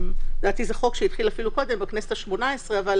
לדעתי זה חוק שהחל אף קודם, בכנסת ה-18, אבל